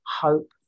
hope